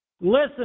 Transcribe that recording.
listen